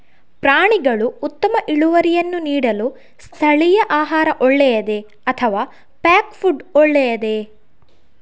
ಪ್ರಾಣಿಗಳು ಉತ್ತಮ ಇಳುವರಿಯನ್ನು ನೀಡಲು ಸ್ಥಳೀಯ ಆಹಾರ ಒಳ್ಳೆಯದೇ ಅಥವಾ ಪ್ಯಾಕ್ ಫುಡ್ ಒಳ್ಳೆಯದೇ?